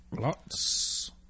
Lots